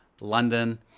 London